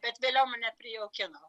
bet vėliau mane prijaukino